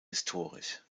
historisch